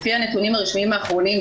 לפי הנתונים הרשמיים האחרונים,